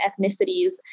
ethnicities